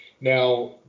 Now